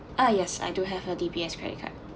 ah yes I do have a D_B_S credit card